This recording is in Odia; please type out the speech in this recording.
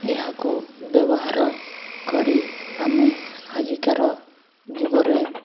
ଏହାକୁ ବ୍ୟବହାର କରି ଆମେ ଆଜିକାର ଯୁଗରେ